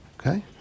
Okay